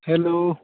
hello